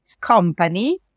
company